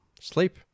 sleep